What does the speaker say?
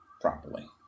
properly